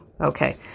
Okay